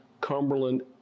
Cumberland